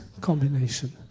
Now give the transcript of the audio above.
combination